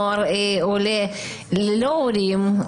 נוער עולה ללא הורים,